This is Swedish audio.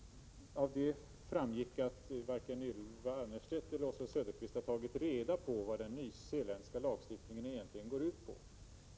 Det framgick här att varken Ylva Annerstedt eller Oswald Söderqvist har tagit reda på vad den nyzeeländska lagstiftningen egentligen går ut på.